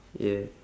yeah